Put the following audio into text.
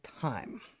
time